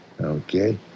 Okay